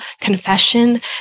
confession